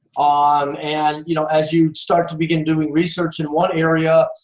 um and you know as you start to begin doing research in one area,